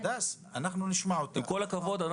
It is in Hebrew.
עם כל הכבוד,